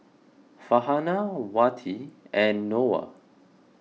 Farhanah Wati and Noah